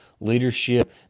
leadership